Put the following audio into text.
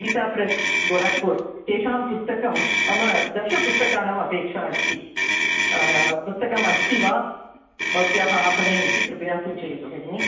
गीताप्रेस् गोरख्पूर् तेषां पुस्तकं मम दश पुस्तकानामपेक्षा अस्ति पुस्तकमस्ति वा भवत्याः आपणे इति कृपया सूचयतु भगिनि